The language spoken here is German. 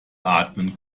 atmen